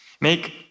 Make